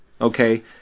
okay